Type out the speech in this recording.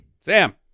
Sam